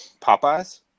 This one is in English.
Popeyes